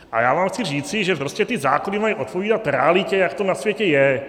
A já vám chci říci, že prostě ty zákony mají odpovídat realitě, jak to na světě je.